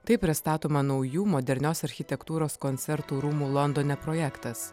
taip pristatoma naujų modernios architektūros koncertų rūmų londone projektas